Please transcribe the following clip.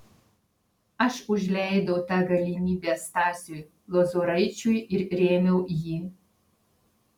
aš užleidau tą galimybę stasiui lozoraičiui ir rėmiau jį